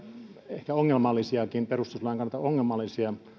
ehkä ongelmallisiakin perustuslain kannalta ongelmallisia